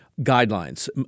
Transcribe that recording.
guidelines